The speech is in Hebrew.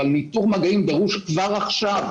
אבל ניטור מגעים דרוש כבר עכשיו,